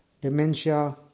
Dementia